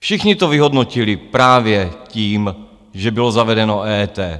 Všichni to vyhodnotili právě tím, že bylo zavedeno EET.